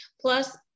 plus